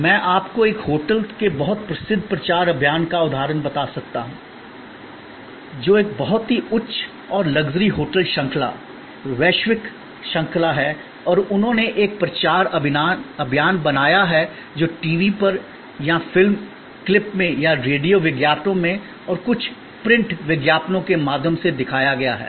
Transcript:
मैं आपको एक होटल के बहुत प्रसिद्ध प्रचार अभियान का उदाहरण बता सकता हूं जो एक बहुत ही उच्च और लक्जरी होटल श्रृंखला वैश्विक श्रृंखला है और उन्होंने एक प्रचार अभियान बनाया है जो टीवी पर या फिल्म क्लिप में या रेडियो विज्ञापनों और कुछ प्रिंट विज्ञापनों के माध्यम से दिखाया गया है